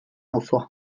auzoa